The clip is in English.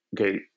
Okay